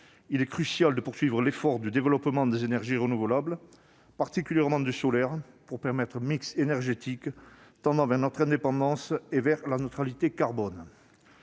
il est crucial de poursuivre l'effort de développement des énergies renouvelables, notamment solaires, pour atteindre un mix énergétique permettant notre indépendance et la neutralité carbone.